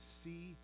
see